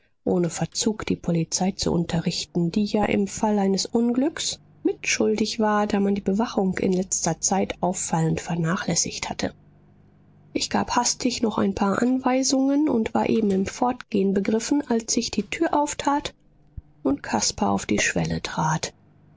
ohne verzug die polizei zu unterrichten die ja im fall eines unglücks mitschuldig war da man die bewachung in letzter zeit auffallend vernachlässigt hatte ich gab hastig noch ein paar anweisungen und war eben im fortgehen begriffen als sich die tür auftat und caspar auf die schwelle trat